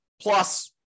plus